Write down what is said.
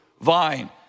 vine